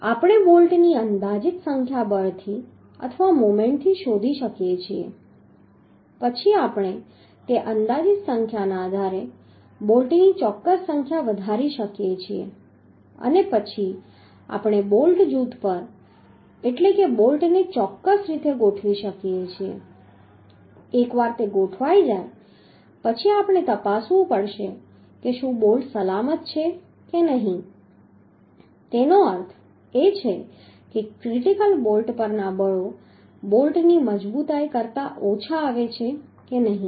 આપણે બોલ્ટની અંદાજિત સંખ્યા બળથી અથવા મોમેન્ટથી શોધી શકીએ છીએ પછી આપણે તે અંદાજિત સંખ્યાના આધારે બોલ્ટની ચોક્કસ સંખ્યા વધારી શકીએ છીએ અને પછી આપણે બોલ્ટ જૂથ એટલે બોલ્ટને ચોક્કસ રીતે ગોઠવી શકીએ છીએ એકવાર તે ગોઠવાઈ જાય પછી આપણે તપાસવું પડશે કે શું તે બોલ્ટ્સ સલામત છે કે નહીં તેનો અર્થ એ છે કે ક્રિટિકલ બોલ્ટ પરના બળો બોલ્ટની મજબૂતાઈ કરતાં ઓછા આવે છે કે નહીં